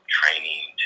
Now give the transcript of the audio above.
training